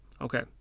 okay